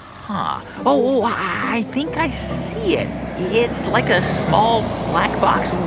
huh. oh, i think i see it. it's like a small, black box.